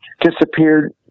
disappeared